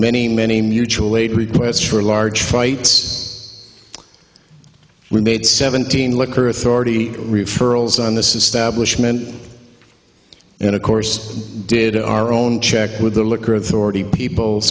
many many mutual aid requests for large fights were made seventeen liquor authority referrals on this establishment and of course did our own check with the liquor authority people